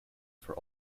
for